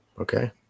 Okay